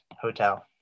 hotel